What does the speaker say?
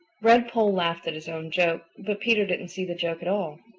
redpoll laughed at his own joke, but peter didn't see the joke at all.